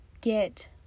get